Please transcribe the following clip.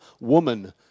woman